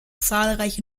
zahlreiche